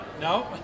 No